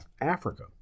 Africa